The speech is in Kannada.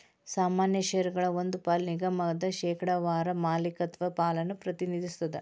ಸಾಮಾನ್ಯ ಷೇರಗಳ ಒಂದ್ ಪಾಲ ನಿಗಮದ ಶೇಕಡಾವಾರ ಮಾಲೇಕತ್ವದ ಪಾಲನ್ನ ಪ್ರತಿನಿಧಿಸ್ತದ